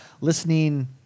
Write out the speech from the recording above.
listening